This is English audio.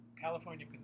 California